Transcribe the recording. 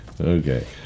Okay